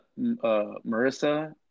Marissa